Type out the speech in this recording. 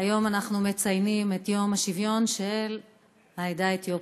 היום אנחנו מציינים את יום השוויון של העדה האתיופית.